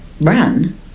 Ran